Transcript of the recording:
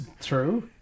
True